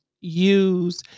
use